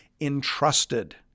entrusted